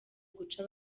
guca